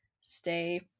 stay